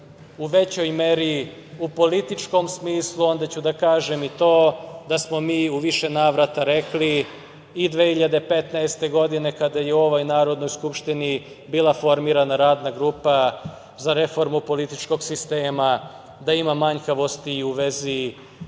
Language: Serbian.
u većoj meri u političkom smislu, onda ću da kažem i to da smo mi u više navrata rekli i 2015. godine, kada je u ovoj Narodnoj skupštini bila formirana Radna grupa za reformu političkog sistema, da ima manjkavosti i u vezi